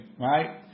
right